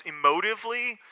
emotively